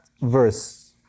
verse